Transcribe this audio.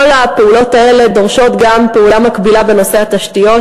כל הפעולות האלה דורשות גם פעולה מקבילה בנושא התשתיות.